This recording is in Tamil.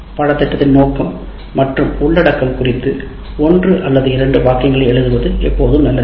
பாடத்திட்டத்தின் நோக்கம் மற்றும் உள்ளடக்கம் குறித்து ஒன்று அல்லது இரண்டு வாக்கியங்களை எழுதுவது எப்போதும் நல்லது